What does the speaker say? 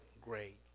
great